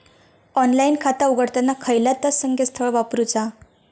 Online खाता उघडताना खयला ता संकेतस्थळ वापरूचा?